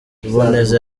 ruboneza